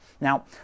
Now